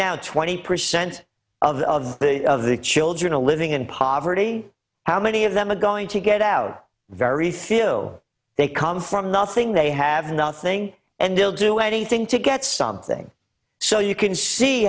now twenty percent of the of the children are living in poverty how many of them are going to get out very few they come from nothing they have nothing and they'll do anything to get something so you can see